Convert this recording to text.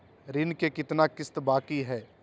ऋण के कितना किस्त बाकी है?